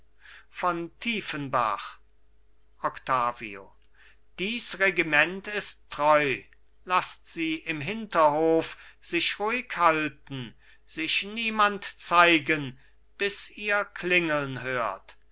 von tiefenbach octavio dies regiment ist treu laßt sie im hinterhof sich ruhighalten sich niemand zeigen bis ihr klingeln hört